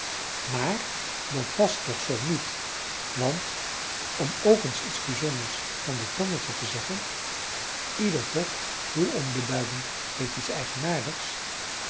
maar dat was toch zoo niet want om ook eens iets bijzonders van dit mannetje te zeggen ieder toch hoe onbeduidend heeft iets eigenaardigs